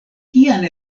kian